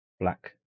black